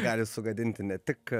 gali sugadinti ne tik